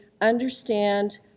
understand